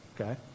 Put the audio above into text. okay